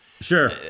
Sure